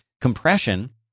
Compression